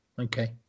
okay